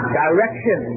direction